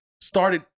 started